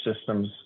systems